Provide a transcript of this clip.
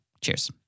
Cheers